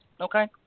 Okay